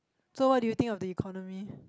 so what do you think of the economy